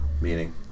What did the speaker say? Meaning